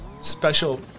special